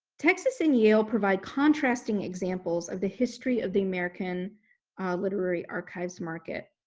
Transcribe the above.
texas and yale provide contrasting examples of the history of the american literary archives market.